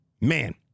Man